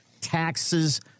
taxes